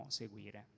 seguire